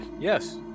Yes